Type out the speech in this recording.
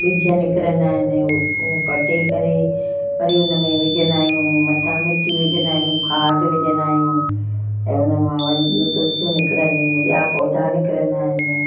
ॿिज निकिरंदा आहिनि उहो उहो पटे करे वरी उन में विझंदा आहियूं मथां मिटी विझंदा आहियूं खाद विझंदा आहियूं त उन मां वरी ॿियूं तुलसियूं निकिरंदियूं आहिनि ॿिया पौधा निकिरंदा आहिनि